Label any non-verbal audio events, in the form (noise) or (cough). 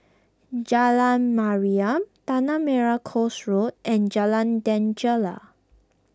Jalan Mariam Tanah Merah Coast Road and Jalan (unintelligible)